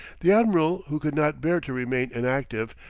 the admiral, who could not bear to remain inactive,